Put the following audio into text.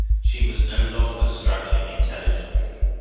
she was no longer struggling intelligently.